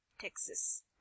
Texas